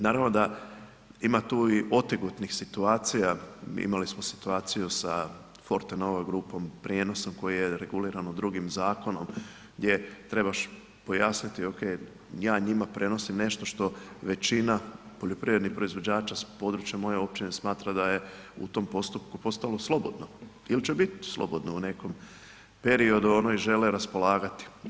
Naravno da ima tu i otegotnih situacija, imali smo situaciju sa Fortenova grupom, prijenosom koji je reguliran drugim zakonom gdje trebaš pojasniti, okej, ja njima prenosim nešto što većina poljoprivrednih proizvođača s područja moje općine smatra da je u tom postupku postalo slobodno ili će biti slobodno u nekom periodu, ono žele raspolagati.